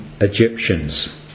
Egyptians